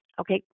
Okay